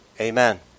Amen